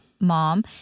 mom